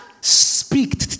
speak